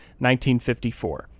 1954